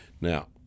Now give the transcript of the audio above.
Now